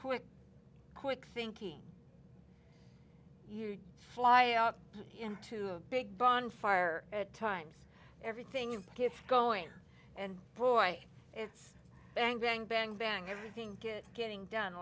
quick quick thinking you fly out into a big bonfire at times everything gets going and boy it's bang bang bang bang everything kids getting done